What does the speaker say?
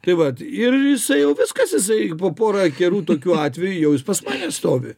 tai vat ir jisai jau viskas jisai po pora gerų tokių atvejų jau jis pas mane stovi